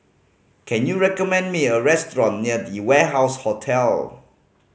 can you recommend me a restaurant near The Warehouse Hotel